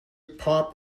pop